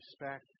respect